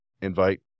invite